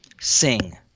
sing